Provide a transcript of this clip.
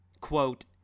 Quote